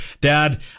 Dad